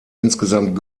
insgesamt